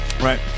Right